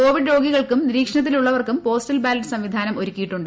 Covid രോഗികൾക്കുട്ട് നിരീക്ഷണത്തിലുള്ളവർക്കും postal ballot സംവിധാനം ഒരുക്കിയിട്ടുണ്ട്